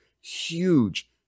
huge